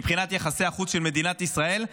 מבחינת יחסי החוץ של מדינת ישראל.